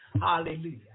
Hallelujah